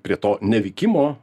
prie to nevykimo